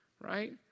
Right